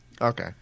okay